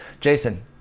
jason